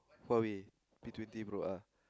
Huawei P twenty pro ah